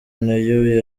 nayo